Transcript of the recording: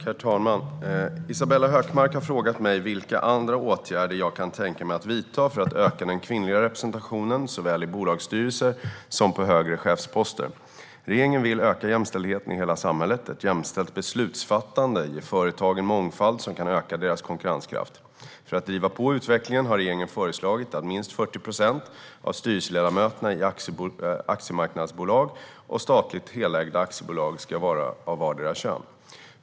Herr talman! Isabella Hökmark har frågat mig vilka andra åtgärder jag kan tänka mig att vidta för att öka den kvinnliga representationen såväl i bolagsstyrelser som på högre chefsposter. Regeringen vill öka jämställdheten i hela samhället. Ett jämställt beslutsfattande ger företagen mångfald som kan öka deras konkurrenskraft. För att driva på utvecklingen har regeringen föreslagit att minst 40 procent av styrelseledamöterna i aktiemarknadsbolag och statligt helägda aktiebolag ska vara av vartdera könet.